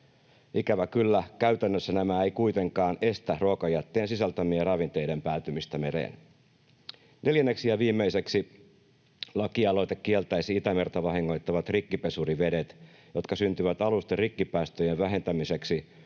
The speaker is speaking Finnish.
Ikävä kyllä käytännössä nämä eivät kuitenkaan estä ruokajätteen sisältämien ravinteiden päätymistä mereen. Neljänneksi ja viimeiseksi, lakialoite kieltäisi Itämerta vahingoittavat rikkipesurivedet, jotka syntyvät alusten rikkipäästöjen vähentämiseksi